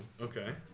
Okay